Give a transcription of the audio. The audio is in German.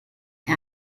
die